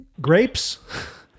grapes